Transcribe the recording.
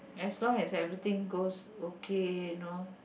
as long as everything goes okay know